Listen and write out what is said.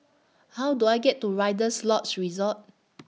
How Do I get to Rider's Lodge Resort